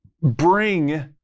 bring